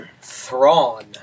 Thrawn